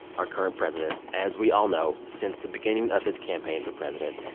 our current president, as we all know, since the beginning of his campaign for president,